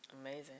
amazing